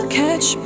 catch